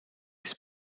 his